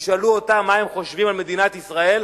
ותשאלו אותם מה הם חושבים על מדינת ישראל.